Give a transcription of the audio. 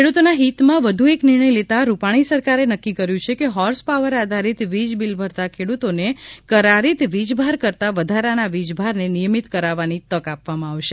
ખેડૂતોના હિતમાં વધુ એક નિર્ણય લેતા રૂપાણી સરકારે નક્કી કર્યું છે કે હોર્સ પાવર આધારિત વીજ બીલ ભરતા ખેડૂતોને કરારિત વીજભાર કરતા વધારાના વીજભારને નિયમિત કરાવવાની તક આપવામાં આવશે